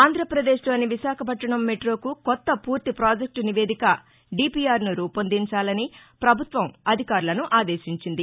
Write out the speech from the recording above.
ఆంధ్రప్రదేశ్లోని విశాఖపట్టణం మెట్రోకు కొత్త ఫూర్తి ప్రాజెక్టు నివేదిక డీపీఆర్ను రూపొందించాలని ప్రభుత్వం అధికారులను ఆదేశించింది